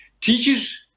teachers